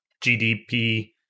GDP